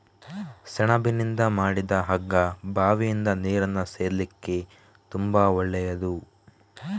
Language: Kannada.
ಸೆಣಬಿನಿಂದ ಮಾಡಿದ ಹಗ್ಗ ಬಾವಿಯಿಂದ ನೀರನ್ನ ಸೇದ್ಲಿಕ್ಕೆ ತುಂಬಾ ಒಳ್ಳೆಯದು